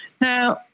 Now